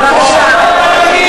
בבקשה.